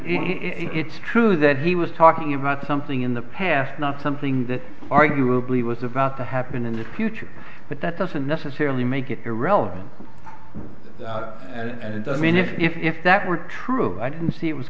it's true that he was talking about something in the past not something that arguably was about to happen in the future but that doesn't necessarily make it irrelevant and i mean if if that were true i didn't see it was